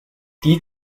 die